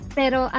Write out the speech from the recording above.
pero